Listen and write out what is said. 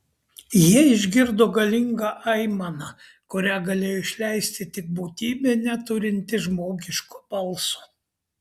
jie išgirdo galingą aimaną kurią galėjo išleisti tik būtybė neturinti žmogiško balso